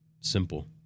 simple